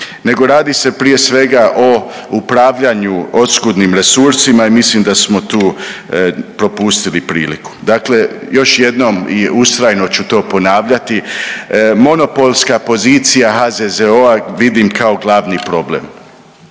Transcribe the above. nego radi se prije svega o upravljanju oskudnim resursima i mislim da smo tu propustili priliku. Dakle, još jednom i ustrajno ću to ponavljati monopolska pozicija HZZO-a vidim kao glavni problem,